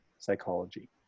psychology